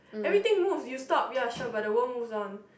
everything move you stop you're shall by the one move on